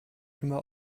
immer